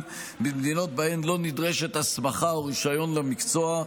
במדינות שבהן לא נדרשים הסמכה או רישיון למקצוע.